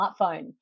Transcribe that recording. smartphone